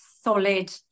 solid